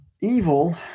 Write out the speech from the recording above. Evil